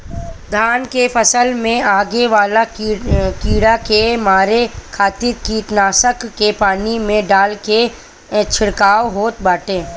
धान के फसल में लागे वाला कीड़ा के मारे खातिर कीटनाशक के पानी में डाल के छिड़काव होत बाटे